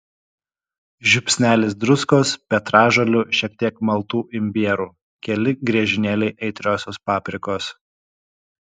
žiupsnelis druskos petražolių šiek tiek maltų imbierų keli griežinėliai aitriosios paprikos